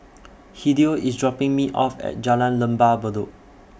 Hideo IS dropping Me off At Jalan Lembah Bedok